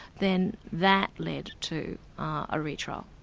then that led to a retrial.